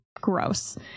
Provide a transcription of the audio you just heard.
gross